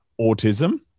autism